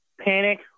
Panic